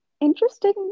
Interesting